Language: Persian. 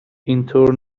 اینطور